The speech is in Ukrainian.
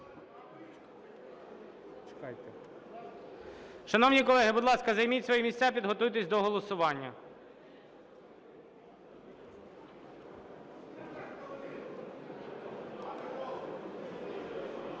Шановні колеги, будь ласка, займіть свої місця, підготуйтесь до голосування.